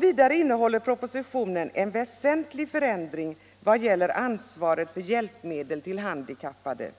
Vidare innehåller propositionen en väsentlig förändring i vad gäller ansvaret för hjälpmedel till handikappade.